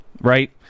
right